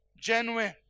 genuine